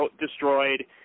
destroyed